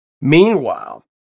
Meanwhile